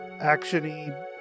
action-y